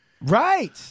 Right